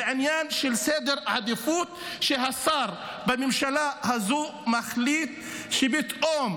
זה עניין של סדר עדיפויות שהשר בממשלה הזו מחליט שפתאום